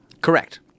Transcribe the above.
Correct